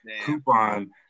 coupon